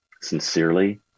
Sincerely